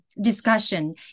discussion